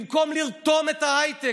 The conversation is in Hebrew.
במקום לרתום את ההייטק,